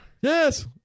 yes